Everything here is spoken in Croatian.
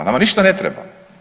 Nama ništa ne treba.